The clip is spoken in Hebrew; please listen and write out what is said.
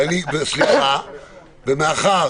מאחר